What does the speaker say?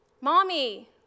Mommy